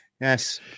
yes